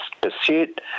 pursuit